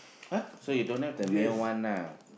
!huh! so you don't have the male one lah